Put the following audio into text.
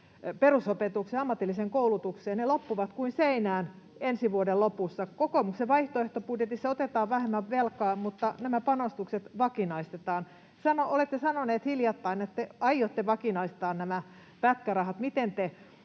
perusopetukseen, ammatilliseen koulutukseen loppuvat kuin seinään ensi vuoden lopussa? Kokoomuksen vaihtoehtobudjetissa otetaan vähemmän velkaa, mutta nämä panostukset vakinaistetaan. Olette sanonut hiljattain, että aiotte vakinaistaa nämä pätkärahat.